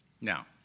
Now